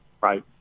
right